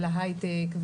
ולהיי-טק,